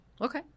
Okay